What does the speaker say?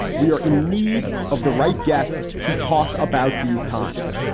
we are in need of the right guests to talk about these times.